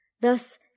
Thus